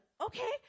okay